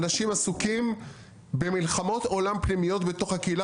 אנשים עסוקים במלחמות עולם פנימיות בתוך הקהילה